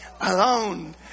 alone